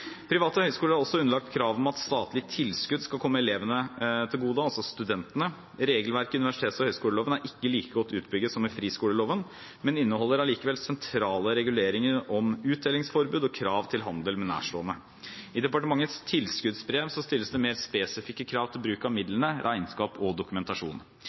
Private høyskoler er også underlagt krav om at statlige tilskudd skal komme studentene til gode. Regelverket i universitets- og høyskoleloven er ikke like godt utbygd som i friskoleloven, men inneholder allikevel sentrale reguleringer om utdelingsforbud og krav til handel med nærstående. I departementets tilskuddsbrev stilles det mer spesifikke krav til bruk av midlene, regnskap og dokumentasjon.